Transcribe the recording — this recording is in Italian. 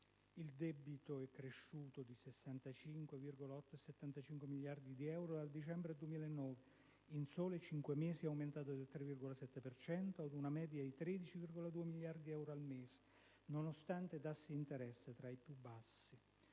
Il debito è cresciuto di 65,875 miliardi di euro dal dicembre 2009: in soli 5 mesi è aumentato del 3,7 per cento ad una media di 13,2 miliardi di euro al mese, nonostante tassi di interesse tra i più bassi